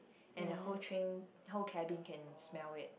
and the whole train whole cabin can smell it